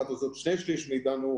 חלקן עושות שני שליש מאיתנו,